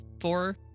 Four